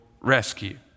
rescue